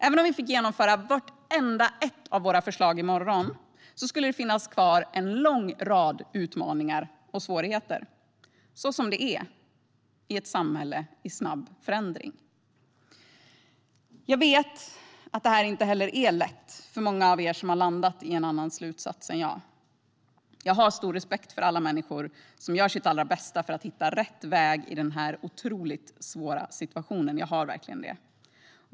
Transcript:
Även om vi fick genomföra vartenda ett av våra förslag i morgon skulle det finnas en lång rad utmaningar och svårigheter kvar - så som det är i ett samhälle i snabb förändring. Jag vet att detta inte heller är lätt för många av er som har landat i en annan slutsats än jag. Jag har stor respekt för alla människor som gör sitt allra bästa för att hitta rätt väg i denna otroligt svåra situation; jag har verkligen det.